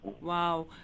Wow